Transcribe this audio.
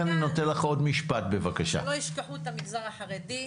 רק לומר שלא ישכחו את המגזר החרדי.